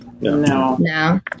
No